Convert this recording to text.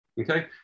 Okay